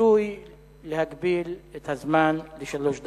רצוי להגביל את הזמן לשלוש דקות,